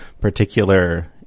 particular